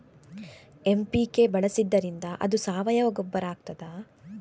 MPK ಬಳಸಿದ್ದರಿಂದ ಅದು ಸಾವಯವ ಗೊಬ್ಬರ ಆಗ್ತದ?